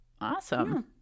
awesome